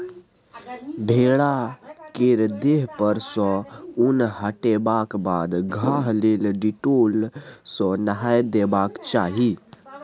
भेड़ा केर देह पर सँ उन हटेबाक बाद घाह लेल डिटोल सँ नहाए देबाक चाही